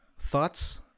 Thoughts